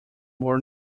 were